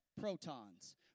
Protons